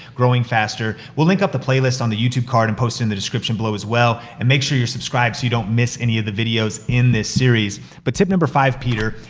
growing faster, we'll link up the playlist on the youtube card, and post it in the description below, as well. and make sure you're subscribed, so you don't miss any of the videos in this series. but tip number five, peter,